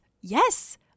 Yes